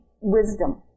wisdom